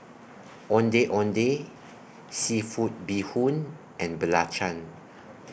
Ondeh Ondeh Seafood Bee Hoon and Belacan